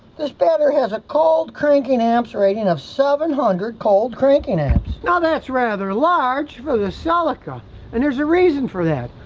this battery has a cold cranking amps rating of seven hundred cold cranking amps, now that's rather large for the celica and there's a reason for that,